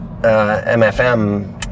MFM